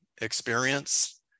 experience